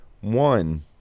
one